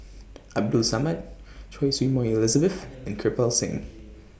Abdul Samad Choy Su Moi Elizabeth and Kirpal Singh